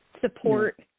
support